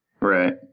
Right